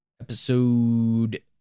episode